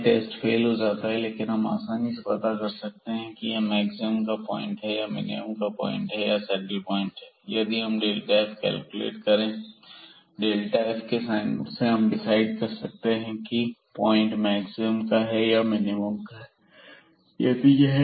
यह test fail हो जाता है लेकिन हम आसानी से पता कर सकते हैं कि यह मैक्सिमम का पॉइंट है मिनिमम का पॉइंट है या सैडल पॉइंट है यदि हम f कैलकुलेट करें f के साइन पर हम डिसाइड कर सकते हैं की पॉइंट मैक्सिमम का है या मिनिमम का है